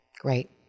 great